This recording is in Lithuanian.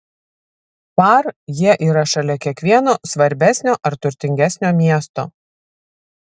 par jie yra šalia kiekvieno svarbesnio ar turtingesnio miesto